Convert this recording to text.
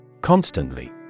Constantly